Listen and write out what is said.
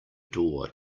door